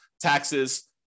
taxes